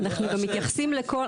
אנחנו גם מתייחסים לכל,